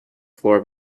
floor